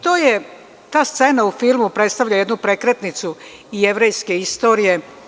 Ta scena u filmu predstavlja jednu prekretnicu jevrejske istorije.